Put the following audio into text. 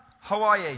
Hawaii